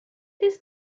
this